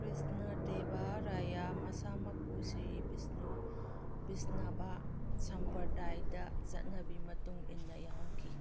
ꯀ꯭ꯔꯤꯁꯅꯥ ꯗꯦꯕ ꯔꯥꯏꯌꯥ ꯃꯁꯥꯃꯛꯄꯨ ꯁꯤꯔꯤ ꯚꯤꯁꯅꯨ ꯚꯤꯁꯅꯥꯕꯥ ꯁꯝꯄꯔꯗꯥꯏꯗ ꯆꯠꯅꯕꯤ ꯃꯇꯨꯡ ꯏꯟꯅ ꯌꯥꯎꯍꯟꯈꯤ